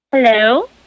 Hello